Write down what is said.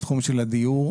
בתחום הדיור,